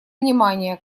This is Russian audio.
внимание